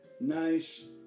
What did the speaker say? nice